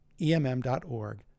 emm.org